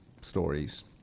stories